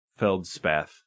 Feldspath